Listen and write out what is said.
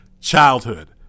Childhood